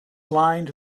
lined